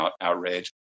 outrage